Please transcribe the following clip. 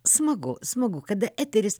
smagu smagu kad eteris